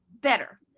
better